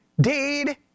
deed